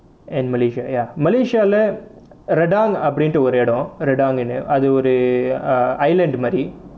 and malaysia ya malaysia leh rendang அப்படினு ஒரு இடம்:appadinu oru idam rendang குனு அது ஒரு:kunu athu oru island மாதிரி:maathiri